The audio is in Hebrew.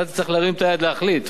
אתה תצטרך להרים את היד להחליט.